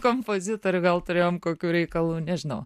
kompozitorių gal turėjom kokių reikalų nežinau